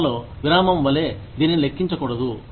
సేవలో విరామం వలె దీనిని లెక్కించకూడదు